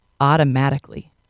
automatically